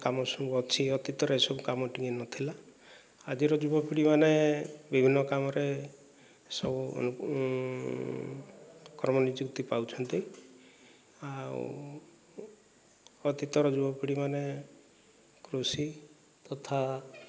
କାମ ସବୁ ଅଛି ଅତୀତରେ ଏସବୁ କାମ ଟିକିଏ ନଥିଲା ଆଜିର ଯୁବପିଢ଼ିମାନେ ବିଭିନ୍ନ କାମରେ ସବୁ ମାନେ କର୍ମ ନିଯୁକ୍ତି ପାଉଛନ୍ତି ଆଉ ଅତୀତର ଯୁବପିଢ଼ିମାନେ କୃଷି ତଥା